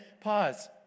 pause